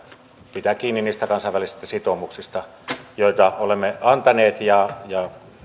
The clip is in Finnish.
pitää kiinni niistä kansainvälisistä sitoumuksista joita olemme antaneet ja ja